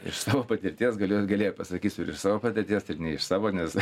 iš savo patirties galiu galėjo pasakysiu ir iš savo patirties tai ne iš savo nes